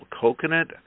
Coconut